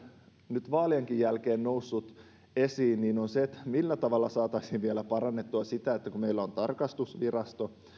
nyt vaalienkin jälkeen noussut esiin millä tavalla saataisiin vielä parannettua sitä että kun meillä on tarkastusvirasto